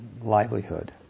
livelihood